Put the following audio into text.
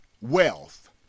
wealth